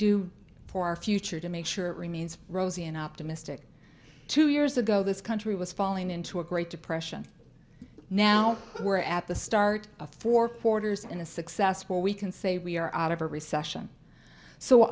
do for our future to make sure it remains rosy and optimistic two years ago this country was falling into a great depression now we're at the start of four quarters in a successful we can say we are out of a